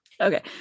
Okay